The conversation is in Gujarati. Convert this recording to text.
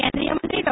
કેન્દ્રીય મંત્રી ડૉ